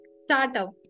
startup